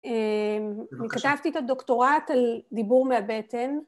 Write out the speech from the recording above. ‫כתבתי את הדוקטורט על דיבור מהבטן.